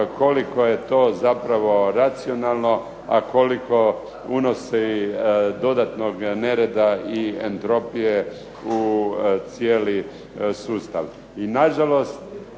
koliko je to zapravo racionalno, a koliko unosi dodatnog nereda i entropije u cijeli sustav.